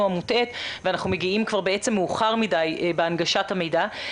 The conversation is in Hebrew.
המוטעית ואנחנו מגיעים כבר בעצם מאוחר מדי בהנגשת המידע.